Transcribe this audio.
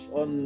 on